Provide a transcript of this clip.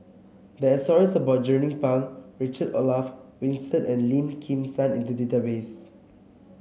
there are stories about Jernnine Pang Richard Olaf Winstedt and Lim Kim San in the database